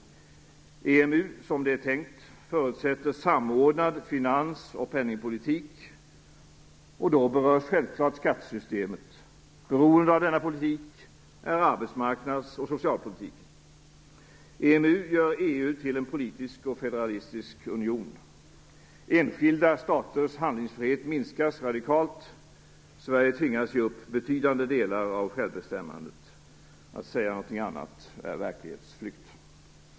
EMU, som det är tänkt, förutsätter samordnad finans och penningpolitik, och då berörs självklart skattesystemet. Beroende av denna politik är också arbetsmarknads och socialpolitik. EMU gör EU till en politisk och federalistisk union. Enskilda staters handlingsfrihet minskas radikalt. Sverige tvingas ge upp betydande delar av självbestämmandet. Att säga någonting annat är verklighetsflykt.